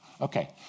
Okay